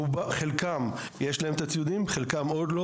לחלקם יש את הציוד, לחלקם עוד לא.